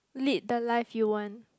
lead the life you want